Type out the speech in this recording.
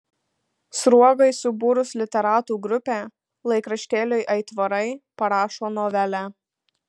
sruogai subūrus literatų grupę laikraštėliui aitvarai parašo novelę